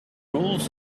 rules